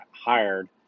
hired